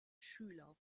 schüler